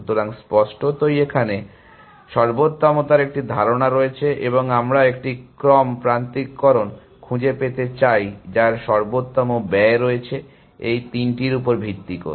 সুতরাং স্পষ্টতই এখানে সর্বোত্তমতার একটি ধারণা রয়েছে এবং আমরা একটি ক্রম প্রান্তিককরণ খুঁজে পেতে চাই যার সর্বোত্তম ব্যয় রয়েছে এই তিনটির উপর ভিত্তি করে